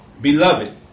Beloved